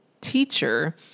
teacher